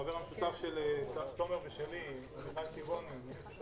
החבר המשותף שלי ושל תומר, עמיחי סיבוני --- של